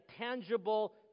tangible